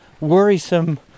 worrisome